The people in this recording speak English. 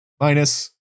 Minus